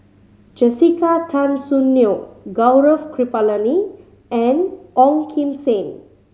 Jessica Tan Soon Neo Gaurav Kripalani and Ong Kim Seng